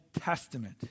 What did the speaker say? Testament